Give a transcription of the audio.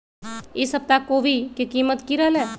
ई सप्ताह कोवी के कीमत की रहलै?